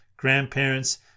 Grandparents